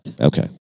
Okay